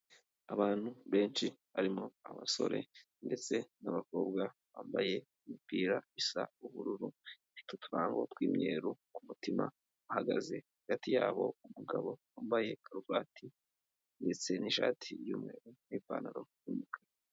Abantu benshi barimo abasore ndetse n'abakobwa bambaye imupira isa ubururu, ifite ututurango tw'imyeru ku mutima, hahagaze hagati yabo umugabo wambaye karuvati ndetse n'ishati y'umweru n'ipantaro y'umukara.